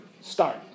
start